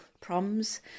proms